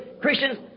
Christians